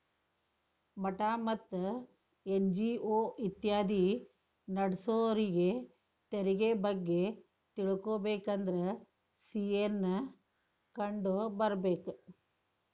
ಮಠಾ ಮತ್ತ ಎನ್.ಜಿ.ಒ ಇತ್ಯಾದಿ ನಡ್ಸೋರಿಗೆ ತೆರಿಗೆ ಬಗ್ಗೆ ತಿಳಕೊಬೇಕಂದ್ರ ಸಿ.ಎ ನ್ನ ಕಂಡು ಬರ್ಬೇಕ